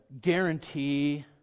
guarantee